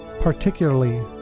particularly